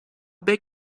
big